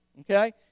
okay